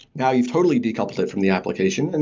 now you've totally decoupled it from the application. and